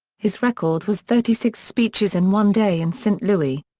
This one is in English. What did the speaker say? his record was thirty six speeches in one day in st. louis.